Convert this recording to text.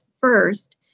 first